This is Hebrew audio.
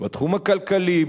בתחום הכלכלי,